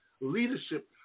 leadership